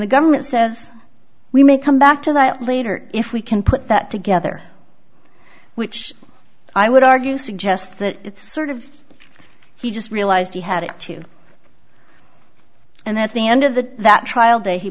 the government says we may come back to that later if we can put that together which i would argue suggests that it's sort of he just realized he had to and that's the end of the day that trial day he